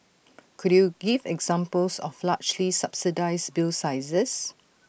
could you give examples of large lee subsidised bill sizes